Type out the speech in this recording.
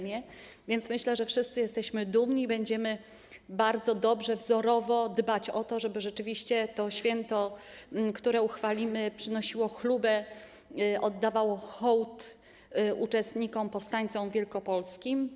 Myślę, że wszyscy jesteśmy dumni i będziemy bardzo dobrze, wzorowo dbać o to, żeby rzeczywiście to święto, które uchwalimy, przynosiło chlubę, oddawało hołd uczestnikom, powstańcom wielkopolskim.